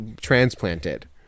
transplanted